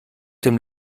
dem